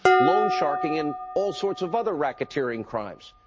loan-sharking and all sorts of other racketeering crimes.